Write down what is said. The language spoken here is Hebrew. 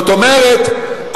זאת אומרת,